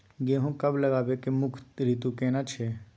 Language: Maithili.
गेहूं कब लगाबै के मुख्य रीतु केना छै?